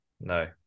No